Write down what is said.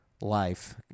life